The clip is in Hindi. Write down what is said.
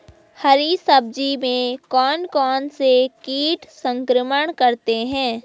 हरी सब्जी में कौन कौन से कीट संक्रमण करते हैं?